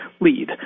lead